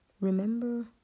remember